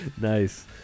Nice